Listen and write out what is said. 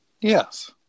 Yes